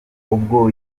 ubwo